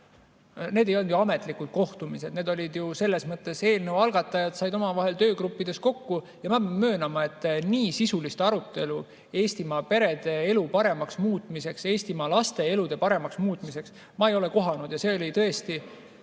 need ei olnud ju ametlikud kohtumised. Need olid [korraldatud] selleks, et eelnõu algatajad saaksid omavahel töögruppides kokku. Ja ma möönan, et nii sisulist arutelu Eestimaa perede elu paremaks muutmiseks, Eestimaa laste elu paremaks muutmiseks ma ei ole kohanud ja see oli tõesti ...